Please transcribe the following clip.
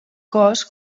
cos